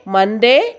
Monday